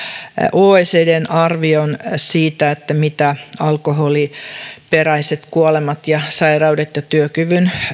oecdn arvion siitä mitä alkoholiperäiset kuolemat ja sairaudet ja